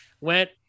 went